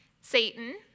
Satan